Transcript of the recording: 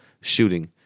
shooting